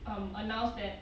um announced that